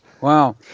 Wow